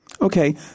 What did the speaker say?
Okay